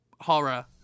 Horror